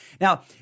Now